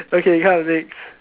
okay come wait